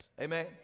Amen